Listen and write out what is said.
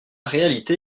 réalité